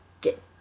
get